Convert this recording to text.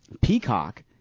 Peacock